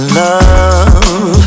love